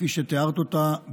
כפי שתיארת אותה,